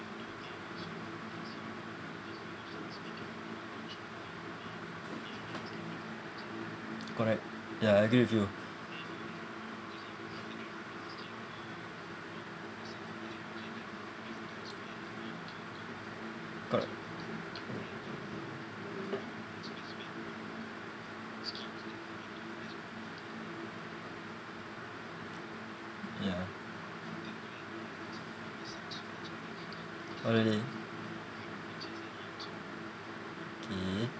correct ya I agree with you correct ya oh really okay